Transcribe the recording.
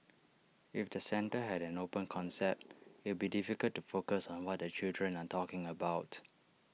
if the centre had an open concept it'd be difficult to focus on what the children are talking about